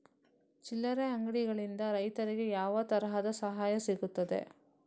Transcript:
ಚಿಲ್ಲರೆ ಅಂಗಡಿಗಳಿಂದ ರೈತರಿಗೆ ಯಾವ ತರದ ಸಹಾಯ ಸಿಗ್ತದೆ?